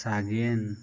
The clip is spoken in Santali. ᱥᱟᱜᱮᱱ